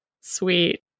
sweet